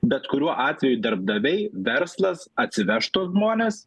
bet kuriuo atveju darbdaviai verslas atsiveš tuos žmones